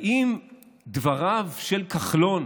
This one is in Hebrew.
האם דבריו של כחלון